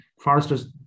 foresters